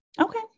Okay